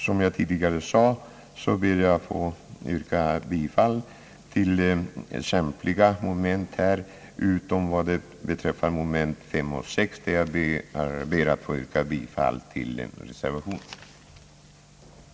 Som jag tidigare sade ber jag att få yrka bifall till utskottets hemställan i samtliga moment utom vad beträffar momenten 5 och 6, där jag ber att få yrka bifall till reservationerna 2 och 3 b.